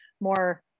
more